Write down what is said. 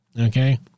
Okay